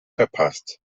verpasst